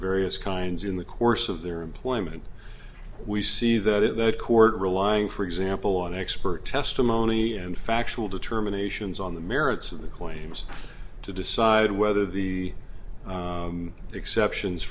various kinds in the course of their employment we see that in the court relying for example on expert testimony and factual determinations on the merits of the claims to decide whether the exceptions